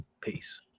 Peace